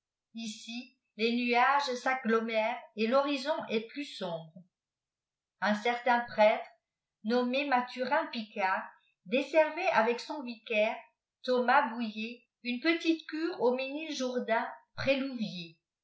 ici les nuages s'agglomèrent et l'horizon est plus sombre f un certain prêtre nommé mathurin picard desservait avec son vicaire thomas bouué une petite cure au ménil jourdain près